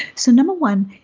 so number one,